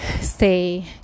stay